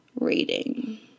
reading